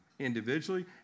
individually